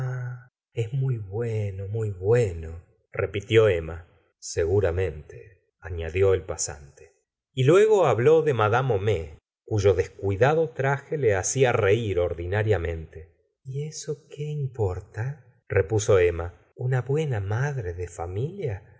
es muy bueno muy bueno repitió emma seguramente aliadió el pasante y luego habló de mad homais cuyo descuidado traje le hacía reir ordinariamente y eso qué importa repuso emma una buena madre de familia